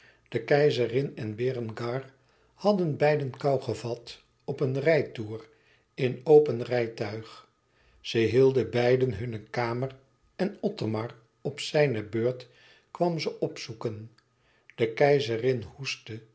de keizerin en berengar hadden beiden koû gevat op een rijtoer in open rijtuig ze hielden beiden hunne kamer en othomar op zijne beurt kwam ze opzoeken de keizerin hoestte